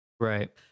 Right